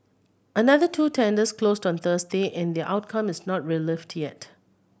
another two tenders closed on Thursday and their outcome is not yet